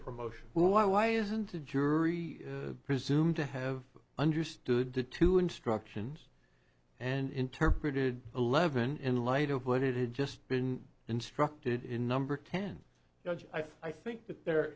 promotion well why isn't a jury presumed to have understood the two instructions and interpreted eleven in light of what it had just been instructed in number ten i think that there